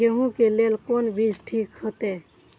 गेहूं के लेल कोन बीज ठीक होते?